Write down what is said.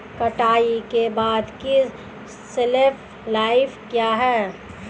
कटाई के बाद की शेल्फ लाइफ क्या है?